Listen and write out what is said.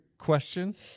question